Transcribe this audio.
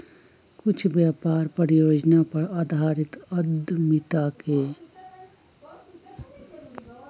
कुछ व्यापार परियोजना पर आधारित उद्यमिता के दर्शावा हई